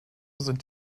sind